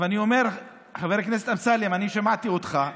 חבר הכנסת אמסלם, אני שמעתי אותך,